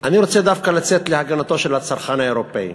אני רוצה דווקא לצאת להגנתו של הצרכן האירופי,